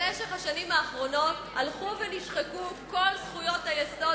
במשך השנים האחרונות הלכו ונשחקו כל זכויות היסוד